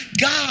God